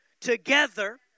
Together